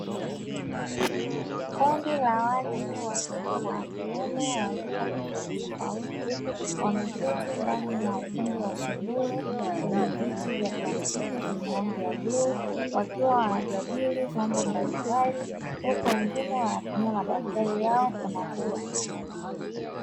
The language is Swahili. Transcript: Kundi la watu wa kike na kiume wameketi ndani ya ukumbi wa sebure kwenye viti vya plastiki vyenye rangi ya bluu. Wakiwa wanajadili mambo mbalimbali huku wengine wanatumia madaftari yao kunakiri.